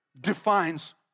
defines